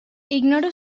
ignoro